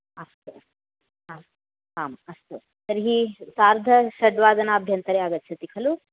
अस्तु आस्तु आम् अस्तु तर्हि सार्ध षड्वादनाभ्यन्तरे आगच्छति खलु